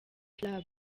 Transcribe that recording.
club